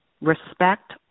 respect